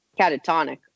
catatonic